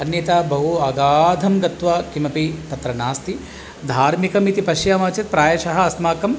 अन्यथा बहु अगाधं गत्वा किमपि तत्र नास्ति धार्मिकमिति पश्यामः चेत् प्रायशः अस्माकम्